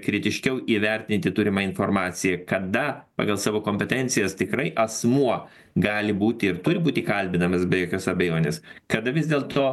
kritiškiau įvertinti turimą informaciją kada pagal savo kompetencijas tikrai asmuo gali būti ir turi būti kalbinamas be jokios abejonės kada vis dėlto